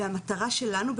והמטרה שלנו,